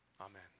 Amen